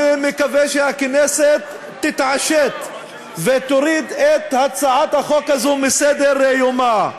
אני מקווה שהכנסת תתעשת ותוריד את הצעת החוק הזאת מסדר-יומה.